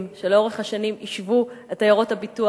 שלאורך השנים יישבו את עיירות הפיתוח.